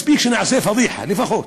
מספיק שנעשה פאדיחה, לפחות.